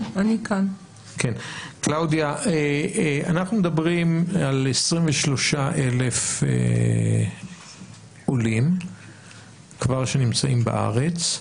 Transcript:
אנחנו מדברים על 23,000 עולים שנמצאים בארץ,